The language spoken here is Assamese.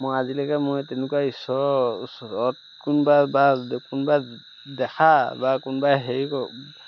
মই আজিলৈকে মই তেনেকুৱা ঈশ্বৰৰ ওচৰত কোনোবা বা কোনোবাই দেখা বা কোনোবাই হেৰি কৰোঁ